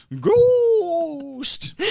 Ghost